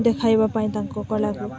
ଦେଖାଇବା ପାଇଁ ତାଙ୍କ କଳା